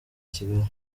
kigali